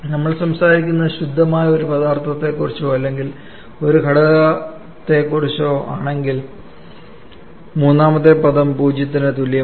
നമ്മൾ സംസാരിക്കുന്നത് ശുദ്ധമായ ഒരു പദാർത്ഥത്തെക്കുറിച്ചോ അല്ലെങ്കിൽ ഒരു ഘടകത്തെക്കുറിച്ചോ ആണെങ്കിൽ മൂന്നാമത്തെ പദം പൂജ്യത്തിന് തുല്യമാണ്